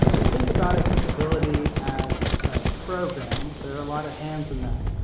we think about accessibility as a program. there are a lot of hands in that.